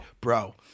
Bro